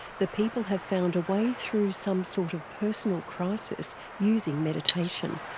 the people have found a way through some sort of personal crisis using meditation.